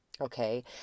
Okay